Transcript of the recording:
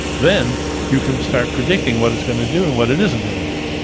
then you can start predicting what it's going to do and what it isn't going to do.